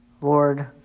Lord